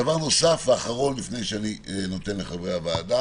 דבר נוסף ואחרון לפני שאני נותן לחברי הוועדה